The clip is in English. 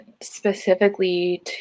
specifically